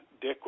Dick